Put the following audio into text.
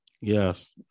yes